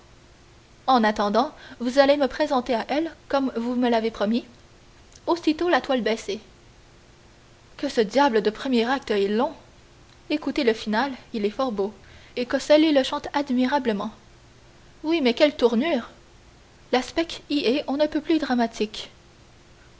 en attendant vous allez me présenter à elle comme vous me l'avez promis aussitôt la toile baissée que ce diable de premier acte est long écoutez le finale il est fort beau et coselli le chante admirablement oui mais quelle tournure la spech y est on ne peut plus dramatique